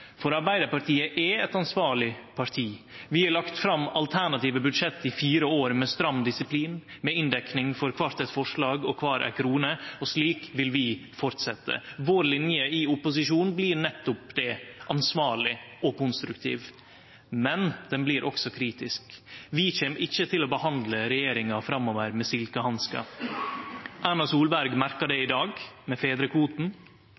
For Arbeidarpartiet er eit ansvarleg parti. Vi har i fire år lagt fram alternative budsjett med stram disiplin, med inndekning for kvart eit forslag og kvar ei krone, og slik vil vi fortsetje. Vår linje i opposisjon blir nettopp det: ansvarleg og konstruktiv. Men ho blir også kritisk. Vi kjem ikkje til å behandle regjeringa med silkehanskar framover. Erna Solberg merka det i dag med fedrekvoten